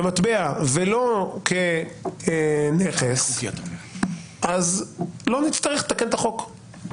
כמטבע ולא כנכס, אז לא נצטרך לתקן את החוק.